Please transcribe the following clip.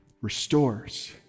restores